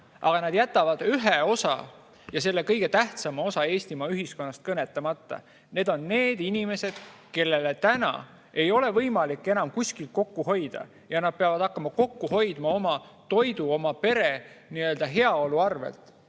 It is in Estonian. Aga nad jätavad ühe osa, selle kõige tähtsama osa Eestimaa ühiskonnast kõnetamata. Need on need inimesed, kellel täna ei ole võimalik enam kuskilt kokku hoida ja kes peavad hakkama kokku hoidma oma toidu, oma pere heaolu arvelt.